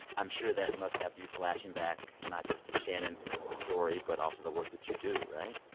i'm sure that must have you flashing back not just to shannon's ah story but also the work that you do, right?